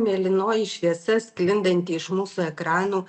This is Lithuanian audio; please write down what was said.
mėlynoji šviesa sklindanti iš mūsų ekranų